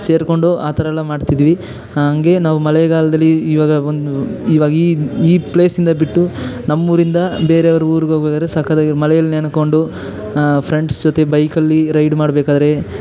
ಸೇರಿಕೊಂಡು ಆ ಥರ ಎಲ್ಲ ಮಾಡ್ತಿದ್ವಿ ಹಂಗೇ ನಾವು ಮಳೆಗಾಲದಲ್ಲಿ ಈವಾಗ ಒಂದು ಈವಾಗ ಈ ಈ ಪ್ಲೇಸಿಂದ ಬಿಟ್ಟು ನಮ್ಮೂರಿಂದ ಬೇರೆಯವರ ಊರಿಗೆ ಹೋದ್ರೆ ಸಖತ್ ಆಗಿ ಮಳೆಯಲ್ಲಿ ನೆನ್ಕೊಂಡು ಫ್ರೆಂಡ್ಸ್ ಜೊತೆ ಬೈಕಲ್ಲಿ ರೈಡ್ ಮಾಡಬೇಕಾದ್ರೆ